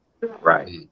right